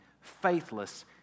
faithless